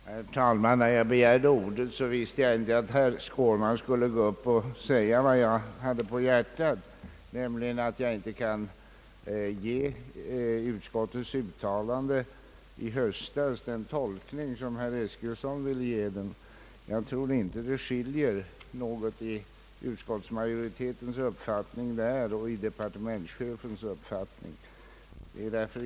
Herr talman! När jag begärde ordet visste jag inte att herr Skårman skulle gå upp och säga vad jag hade på hjärtat, nämligen att vi inte kan ge utskottets uttalande i höstas den tolkning som herr Eskilsson vill ge det. Jag tror inte det skiljer något mellan utskottsmajoritetens uppfattning och departementschefens uppfattning.